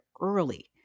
early